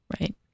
Right